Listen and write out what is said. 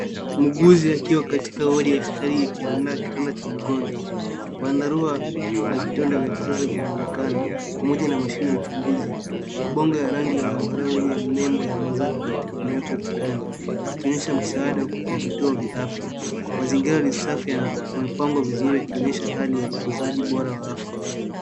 Muuguzi akiwa katika wodi ya hospitali akiandaa kitanda cha mgonjwa, vyandarua na vitanda vya kisasa vinaonekana pamoja na mashine ya uchunguzi. Mabango ya rangi ya zambarau yenye nembo ya Mozzart Bet imewekwa ukutani ikionyesha msaada kwa vituo vya afya. Mazingira ni safi na yamepangwa vizuri yakionyesha hali ya utunzaji bora wa aya.